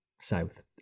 south